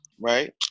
right